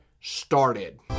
started